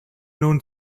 nun